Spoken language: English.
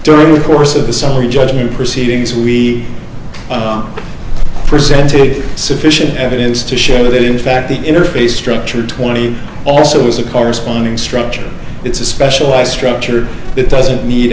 during the course of the summary judgment proceedings we presented sufficient evidence to show that in fact the interface structure twenty also was a corresponding structure it's a special i structured it doesn't need